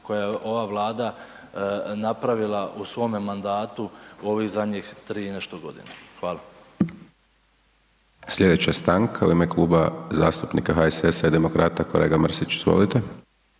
koje je ova Vlada napravila u svome mandatu u ovih zadnjih 3 i nešto godine. Hvala. **Hajdaš Dončić, Siniša (SDP)** Slijedeća stanka u ime Kluba zastupnika HSS-a i demokrata, kolega Mrsić, izvolite.